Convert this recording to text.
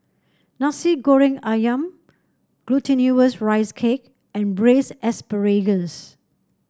Nasi Goreng ayam Glutinous Rice Cake and Braised Asparagus